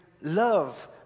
love